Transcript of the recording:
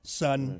son